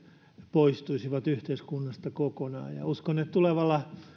poistuisivat yhteiskunnasta kokonaan uskon että tulevalla